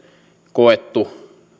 koettu